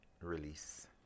release